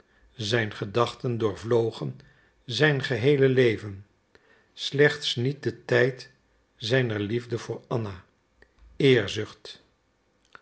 zijn gedachten doorvlogen zijn geheele leven slechts niet den tijd zijner liefde voor anna